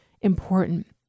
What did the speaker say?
important